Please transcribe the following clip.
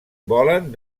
volen